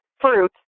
fruit